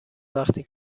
وقتی